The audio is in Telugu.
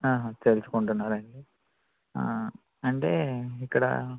ఆహా తెలుసుకుంటున్నారా అయితే అంటే ఇక్కడ